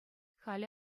халӗ